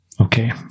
Okay